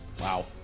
wow